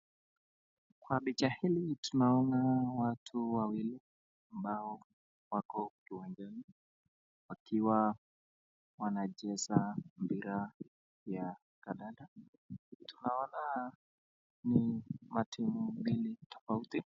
Kwa picha hili tunaona watu wawili ambao wako kiwanjani wakiwa wanacheza mpira ya kandanda. Tunaona matimu mbili tofauti.